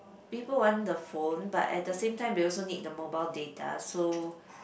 people want the phone but at the same time they also need the mobile data so